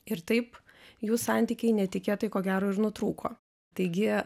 ir taip jų santykiai netikėtai ko gero ir nutrūko taigi